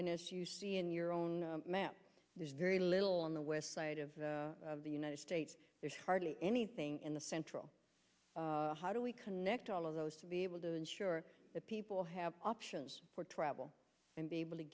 you see in your own map there's very little on the west side of the united states there's hardly anything in the central how do we connect all of those to be able to ensure that people have options for travel and be able to